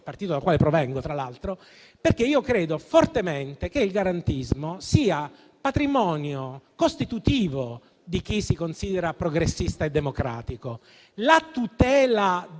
Democratico, dal quale tra l'altro provengo, perché credo fortemente che il garantismo sia patrimonio costitutivo di chi si considera progressista e democratico. La tutela